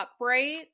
upright